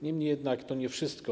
Niemniej jednak to nie wszystko.